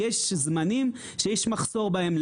יש זמנים שיש מחסור בהם.